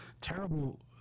terrible